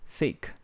Thick